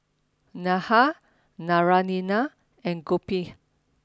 Medha Naraina and Gopinath